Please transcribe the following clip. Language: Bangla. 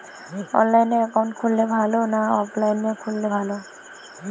অনলাইনে একাউন্ট খুললে ভালো না অফলাইনে খুললে ভালো?